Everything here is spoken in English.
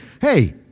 hey